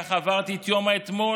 כך עברתי את יום האתמול,